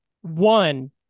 One